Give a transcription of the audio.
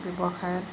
ব্যৱসায়ত